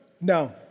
No